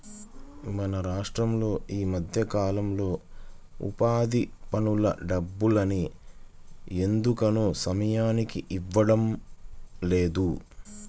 మన రాష్టంలో ఈ మధ్యకాలంలో ఉపాధి పనుల డబ్బుల్ని ఎందుకనో సమయానికి ఇవ్వడం లేదు